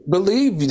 Believe